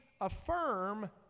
affirm